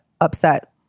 upset